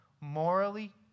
morally